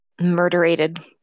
murderated